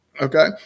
Okay